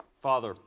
Father